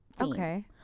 Okay